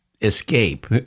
escape